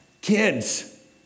Kids